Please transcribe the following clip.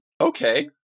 Okay